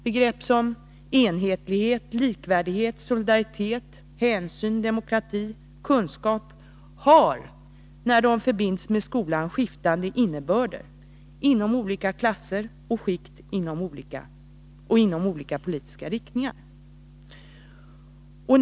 Begrepp som enhetlighet, likvärdighet, solidaritet, hänsyn, demokrati och kunskap har när de förbinds med skolan skiftande innebörder inom olika klasser och skikt och inom olika politiska riktningar.